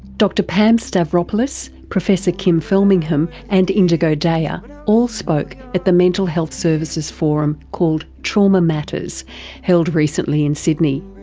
dr pam stavropoulos, professor kim felmingham and indigo daya all spoke at the mental health services forum called trauma matters held recently in sydney.